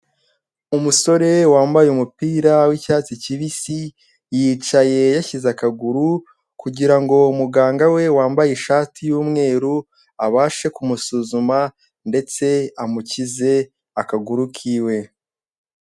Umusore wambaye umupira w'icyatsi kibisi, yicaye yashyize akaguru kugira ngo muganga we wambaye ishati y'umweru abashe kumusuzuma ndetse amukize akaguru k'iwe.